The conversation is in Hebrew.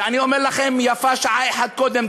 ואני אומר לכם: יפה שעה אחת קודם.